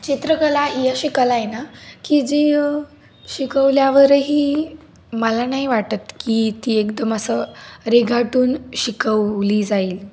चित्रकला ही अशी कला आहे ना की जी शिकवल्यावरही मला नाही वाटत की ती एकदम असं रेघाटून शिकवली जाईल